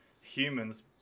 humans